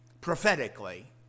prophetically